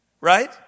right